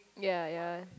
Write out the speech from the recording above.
ya ya